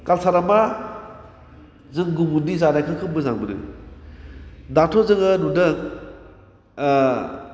काल्सारा मा जों गुबुननि जानायफोरखौ मोजां मोनो दाथ' जोङो नुदों